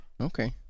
Okay